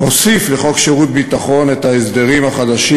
הוסיף לחוק שירות ביטחון את ההסדרים החדשים